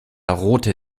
rote